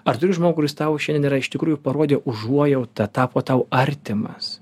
ar turi žmogų kuris tau šiandien yra iš tikrųjų parodė užuojautą tapo tau artimas